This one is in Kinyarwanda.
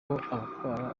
abatwara